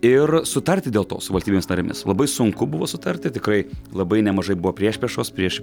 ir sutarti dėl to su valstybėmis narėmis labai sunku buvo sutarti tikrai labai nemžai buvo priešpriešos prieš